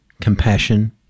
compassion